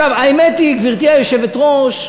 האמת היא, גברתי היושבת-ראש,